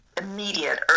immediate